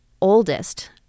oldest